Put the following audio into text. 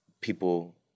people